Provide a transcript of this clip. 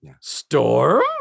Storm